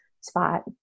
spot